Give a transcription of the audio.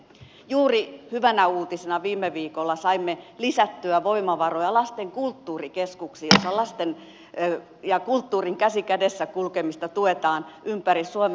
juuri hyvänä uutisena viime viikolla saimme lisättyä voimavaroja lasten kulttuurikeskuksiin joissa lasten ja kulttuurin käsi kädessä kulkemista tuetaan ympäri suomea